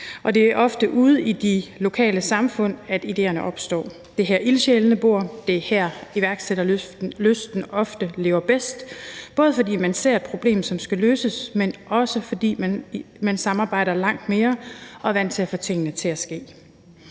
og det er ofte ude i de lokale samfund, at idéerne opstår. Det er her, ildsjælene bor, det er her, iværksætterlysten ofte lever bedst, både fordi man ser et problem, som skal løses, men også fordi man samarbejder langt mere og er vant til at få tingene til at ske.